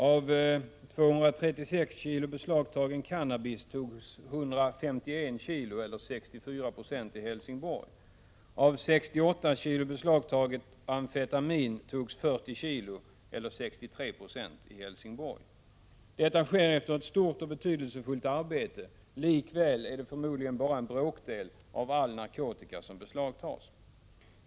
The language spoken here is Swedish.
Av 236 kilo beslagtagen cannabis togs 151 kilo eller 64 96 i Helsingborg. Detta sker efter ett stort och betydelsefullt arbete. Likväl är det förmodligen bara en bråkdel av all insmugglad narkotika som kan beslagtas.